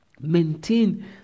maintain